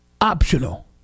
optional